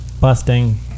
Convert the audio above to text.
busting